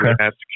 ask